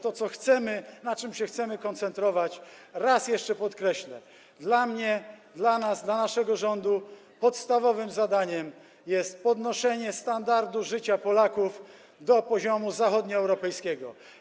To, co chcemy, na czym się chcemy koncentrować, raz jeszcze podkreślę: dla mnie, dla nas, dla naszego rządu podstawowym zadaniem jest podnoszenie standardu życia Polaków do poziomu zachodnioeuropejskiego.